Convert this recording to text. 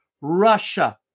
Russia